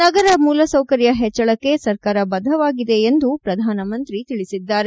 ನಗರ ಮೂಲಸೌಕರ್ಯ ಹೆಚ್ಚಳಕ್ಕೆ ಸರ್ಕಾರ ಬದ್ದವಾಗಿದೆ ಎಂದು ಪ್ರಧಾನಮಂತಿ ನರೇಂದ್ರ ಮೋದಿ ತಿಳಿಸಿದ್ದಾರೆ